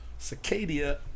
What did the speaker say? Cicadia